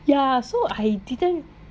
ya so I didn't